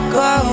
go